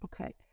Okay